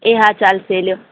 એ હા ચાલશે લો